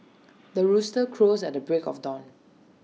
the rooster crows at the break of dawn